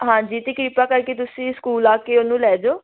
ਹਾਂਜੀ ਅਤੇ ਕਿਰਪਾ ਕਰਕੇ ਤੁਸੀਂ ਸਕੂਲ ਆ ਕੇ ਉਹਨੂੰ ਲੈ ਜਾਉ